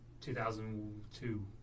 2002